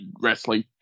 wrestling